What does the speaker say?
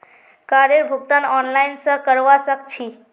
कारेर भुगतान ऑनलाइन स करवा सक छी